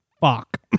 Fuck